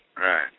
right